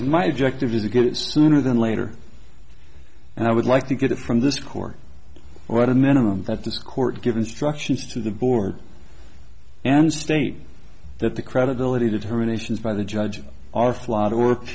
and my objective is to get it sooner than later and i would like to get it from this court or at a minimum that this court give instructions to the board and state that the credibility determinations by the judge